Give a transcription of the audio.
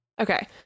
okay